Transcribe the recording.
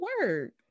work